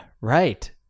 right